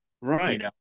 Right